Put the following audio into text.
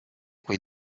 quei